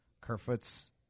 Kerfoot's